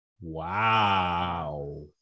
Wow